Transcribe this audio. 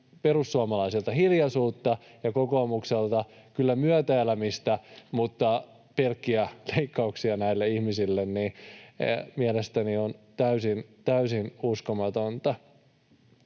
perussuomalaisilta vaan hiljaisuutta ja kokoomukselta kyllä myötäelämistä mutta pelkkiä leikkauksia näille ihmisille. Mielestäni tämä on täysin uskomatonta.